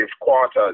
quarters